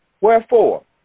Wherefore